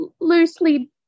loosely